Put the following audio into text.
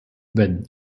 wenn